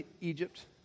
Egypt